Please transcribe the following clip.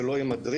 שלא יהיה מדריך,